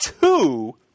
two